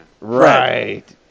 right